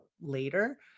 later